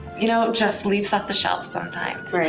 you know just leaps off the shelf sometimes,